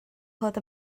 clywed